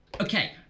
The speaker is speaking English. Okay